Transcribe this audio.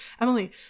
Emily